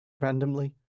randomly